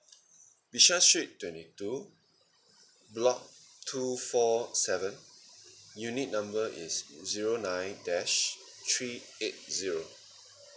bishan street twenty two block two four seven unit number is zero nine dash three eight zero